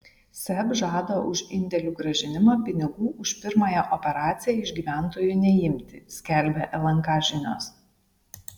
seb žada už indėlių grąžinimą pinigų už pirmąją operaciją iš gyventojų neimti skelbia lnk žinios